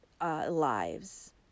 lives